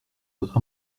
votre